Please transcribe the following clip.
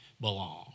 belong